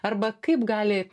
arba kaip gali